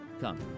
Come